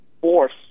force